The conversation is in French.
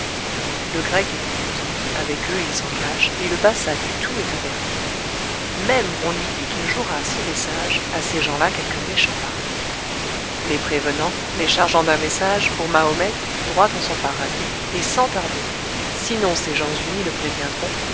le grec écoute avec eux il s'engage et le bassa du tout est averti même on lui dit qu'il jouera s'il est sage à ces gens-là quelque méchant parti les prévenant les chargeant d'un message pour mahomet droit en son paradis et sans tarder sinon ces gens unis le préviendront